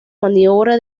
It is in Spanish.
maniobra